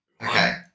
Okay